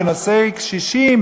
בנושא קשישים,